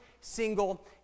single